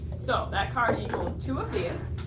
so that card equals two of these,